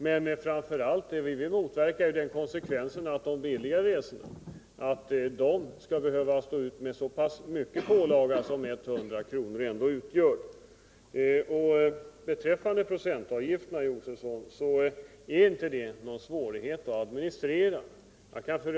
Men vad vi vill motverka är den konsekvensen att de billigare resorna får en sådan pålaga som 100 kr. ändå utgör. Procentavgifter innebär inte någon svårighet att administrera, Stig Josefson.